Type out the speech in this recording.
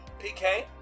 PK